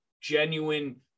genuine